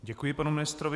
Děkuji panu ministrovi.